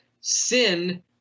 sin